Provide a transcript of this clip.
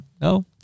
No